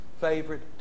favorite